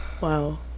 wow